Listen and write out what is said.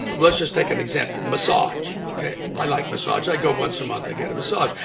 let's just take an example massage, ok? i like massage. i go once a month. i get a massage.